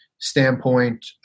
standpoint